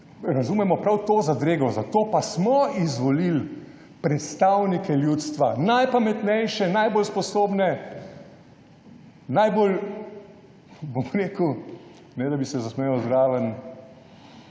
razumemo prav to zadrego. Zato pa smo izvolili predstavnike ljudstva, najpametnejše, najbolj sposobne, najbolj, bom rekel ne da bi se zasmejal zraven,